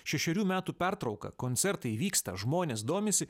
šešerių metų pertrauka koncertai vyksta žmonės domisi